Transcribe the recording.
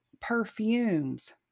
perfumes